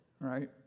right